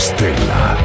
Stella